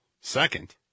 Second